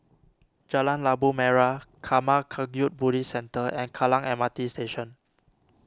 Jalan Labu Merah Karma Kagyud Buddhist Centre and Kallang M R T Station